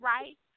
right